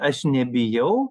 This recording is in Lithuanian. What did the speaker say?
aš nebijau